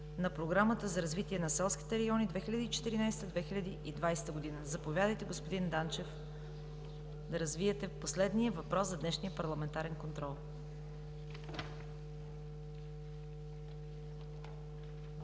на Програмата за развитие на селските райони 2014 – 2020 г. Заповядайте, господин Данчев, да развиете последния въпрос за днешния парламентарен контрол. ДИМИТЪР